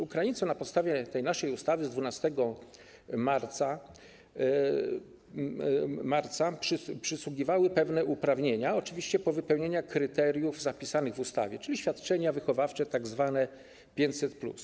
Ukraińcom na podstawie tej naszej ustawy z 12 marca przysługiwały pewne uprawnienia, oczywiście po wypełnianiu kryteriów zapisanych w ustawie, czyli świadczenia wychowawcze, tzw. 500+.